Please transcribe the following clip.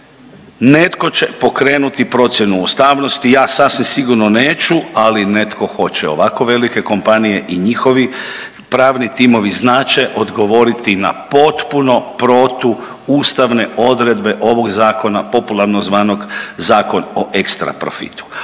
Netko će pokrenuti procjenu ustavnosti, ja sasvim sigurno neću, ali netko hoće. Ovako velike kompanije i njihovi pravni timovi znat će odgovoriti na potpuno protuustavne odredbe ovog zakona popularno zvanog Zakon o ekstra profitu,